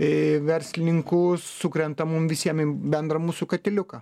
į verslininkus sukrenta mum visiem į bendrą mūsų katiliuką